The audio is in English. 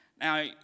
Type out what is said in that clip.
Now